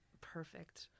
perfect